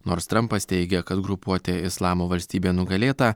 nors trampas teigia kad grupuotė islamo valstybė nugalėta